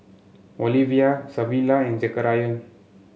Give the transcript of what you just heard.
Olivia Savilla and Zachariah